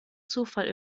zufall